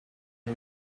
you